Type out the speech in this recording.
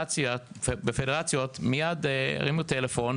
בפדרציות, מייד הרמנו טלפון